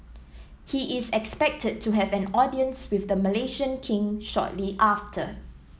he is expected to have an audience with the Malaysian King shortly after